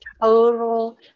total